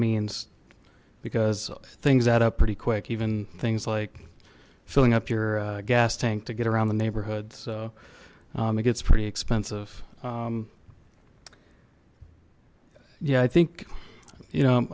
means because things add up pretty quick even things like filling up your gas tank to get around the neighborhood so it gets pretty expensive yeah i think you know